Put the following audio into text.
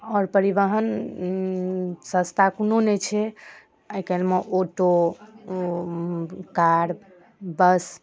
आओर परिवहन सस्ता कोनो नहि छै आइकाल्हिमे ऑटो कार बस